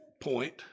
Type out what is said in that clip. point